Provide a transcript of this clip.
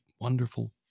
wonderful